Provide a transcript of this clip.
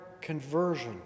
conversion